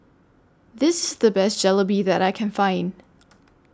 This IS The Best Jalebi that I Can Find